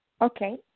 Okay